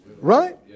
right